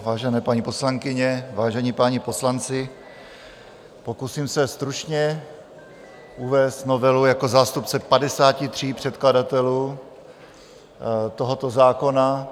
Vážené paní poslankyně, vážení páni poslanci, pokusím se stručně uvést novelu jako zástupce 53 předkladatelů tohoto zákona.